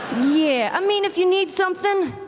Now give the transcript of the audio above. yeah, i mean if you need something,